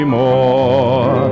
more